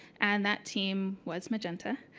and that team was magenta.